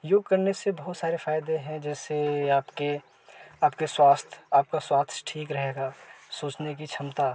योग करने से बहुत सारे फ़ायदे हैं जैसे आपके आपके स्वास्थ आपका स्वास्थ ठीक रहेगा सोचने की क्षमता